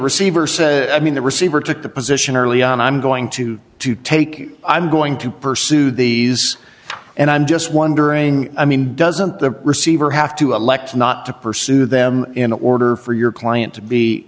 receiver says i mean the receiver took the position early on i'm going to to take i'm going to pursue these and i'm just wondering i mean doesn't the receiver have to elect not to pursue them in order for your client to be